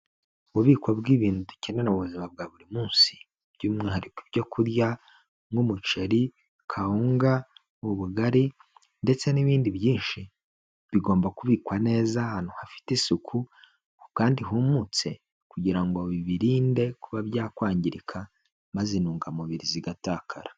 Ububiko bw'ibintu dukenera mu buzima bwa buri munsi by'umwihariko ibyo kurya nk'umuceri, kawunga, ubugari ndetse n'ibindi byinshi bigomba kubikwa neza ahantu hafite isuku kandi humutse, kugira ngo bibirinde kuba byakwangirika maze intungamubiri zigatakara.